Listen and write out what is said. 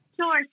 Sure